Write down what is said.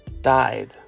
died